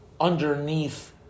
underneath